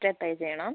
extra pay ചെയ്യണം